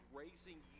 raising